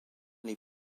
les